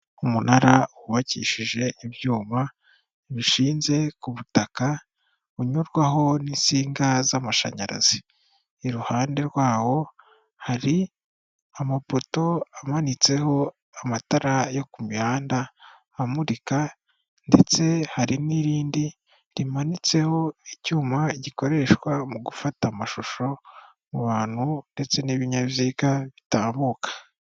Umunara wubakishije ibyuma bishinze ku butaka unyurwaho n'insinga z'amashanyarazi. Iruhande rwawo hari amapoto amanitseho amatara yo ku mihanda amurika ndetse hari n'irindi rimanitseho icyuma gikoreshwa mu gufata amashusho mu bantu ndetse n'ibinyabiziga bitambuka.